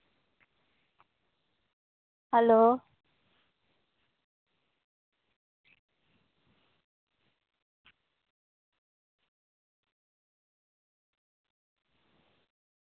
hello